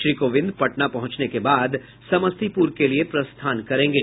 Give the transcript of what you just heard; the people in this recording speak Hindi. श्री कोविंद पटना पहुंचने के बाद समस्तीपुर के लिये प्रस्थान करेंगे